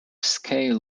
scale